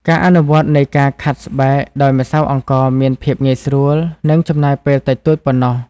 ការអនុវត្តនៃការខាត់ស្បែកដោយម្សៅអង្ករមានភាពងាយស្រួល និងចំណាយពេលតិចតួចប៉ុណ្ណោះ។